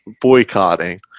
boycotting